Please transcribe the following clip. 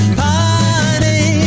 party